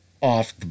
off